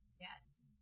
yes